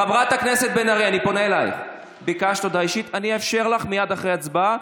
אני לא אמרתי שאני לא מצטער,